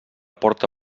porta